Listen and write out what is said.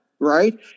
right